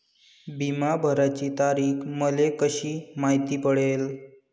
बिमा भराची तारीख मले कशी मायती पडन?